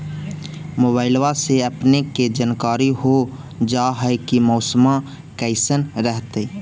मोबाईलबा से अपने के जानकारी हो जा है की मौसमा कैसन रहतय?